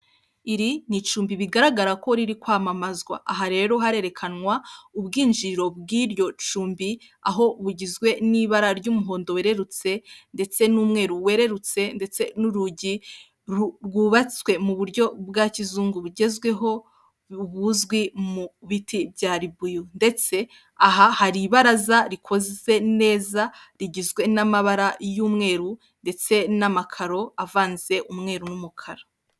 Iri ni icumbi bigaragara ko riri kwamazwa aha rero harerekanwa ubwinjiriro bw'iryo cumbi, aho bugizwe n'ibara ry'umuhondo werurutse, ndetse n'umweru werutse, ndetse n'urugi rwubatswe mu buryo bwa kizungu bugezweho, buzwi mu biti bya ribuyu ndetse aha hari ibaraza rikoze neza, rigizwe n'amabara y'umweru ndetse n'amakaro avanze umweru n'umukara.